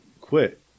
quit